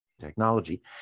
Technology